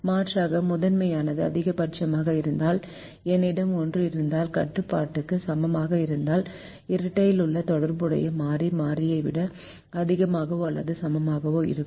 மாற்றாக முதன்மையானது அதிகபட்சமாக இருந்தால் என்னிடம் ஒன்று இருந்தால் கட்டுப்பாட்டுக்கு சமமானதாக இருந்தால் இரட்டையிலுள்ள தொடர்புடைய மாறி மாறியை விட அதிகமாகவோ அல்லது சமமாகவோ இருக்கும்